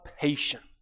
patience